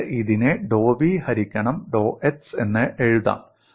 എനിക്ക് ഇതിനെ ഡോ v ഹരിക്കണം ഡോ x എന്ന് എഴുതാം